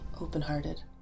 open-hearted